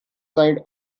side